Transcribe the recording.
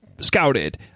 scouted